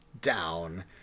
down